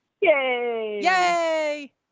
Yay